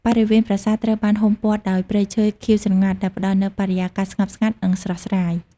បរិវេណប្រាសាទត្រូវបានហ៊ុំព័ទ្ធដោយព្រៃឈើខៀវស្រងាត់ ដែលផ្តល់នូវបរិយាកាសស្ងប់ស្ងាត់ និងស្រស់ស្រាយ។